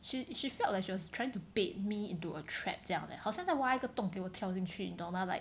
she she felt like she was trying to bait me into a trap 这样 leh 好像在挖一个洞给我跳进去你懂 mah like